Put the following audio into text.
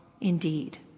indeed